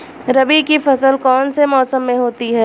रबी की फसल कौन से मौसम में होती है?